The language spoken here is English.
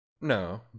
No